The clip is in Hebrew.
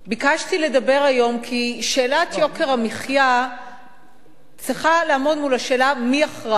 ביקשתי לדבר היום כי שאלת יוקר המחיה צריכה לעמוד מול השאלה מי אחראי,